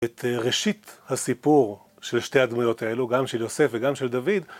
את ראשית הסיפור של שתי הדמויות האלו, גם של יוסף וגם של דוד